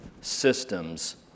systems